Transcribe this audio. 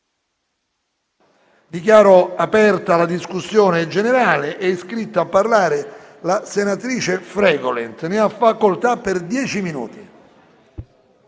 Dichiaro aperta la discussione generale. È iscritta a parlare la senatrice Fregolent. Ne ha facoltà.